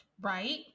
Right